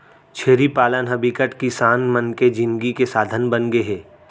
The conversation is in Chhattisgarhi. छेरी पालन ह बिकट किसान मन के जिनगी के साधन बनगे हे